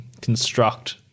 construct